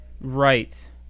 Right